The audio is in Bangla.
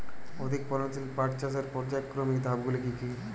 অধিক ফলনশীল পটল চাষের পর্যায়ক্রমিক ধাপগুলি কি কি?